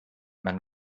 man